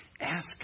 Ask